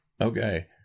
okay